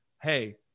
hey